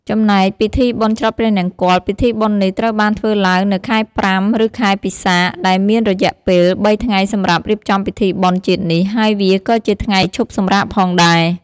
ចំណែកពីធីបុណ្យច្រត់ព្រះនង្គ័ល ពិធីបុណ្យនេះត្រូវបានធ្វើឡើងនៅខែ៥ ឬខែពិសាខ ដែលមានរយៈពេល ៣ថ្ងៃសម្រាប់រៀបចំពិធីបុណ្យជាតិនេះ ហើយវាក៏ជាថ្ងៃឈប់សម្រាកផងដែរ ។